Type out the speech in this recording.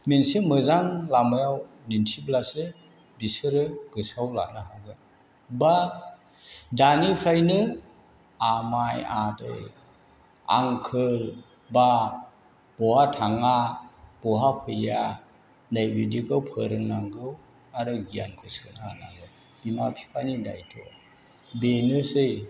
मोनसे मोजां लामायाव दिन्थिब्लासो बिसोरो गोसोआव लानो हागोन एबा दानिफ्रायनो आमाइ आदै आंकोल एबा बहा थाङा बहा फैया नै बिदिखौ फोरोंनांगौ आरो गियानखौ सोना होनांगौ बिमा बिफानि दायथ' बेनोसै